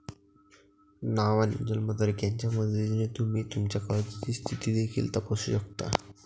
नाव आणि जन्मतारीख यांच्या मदतीने तुम्ही तुमच्या कर्जाची स्थिती देखील तपासू शकता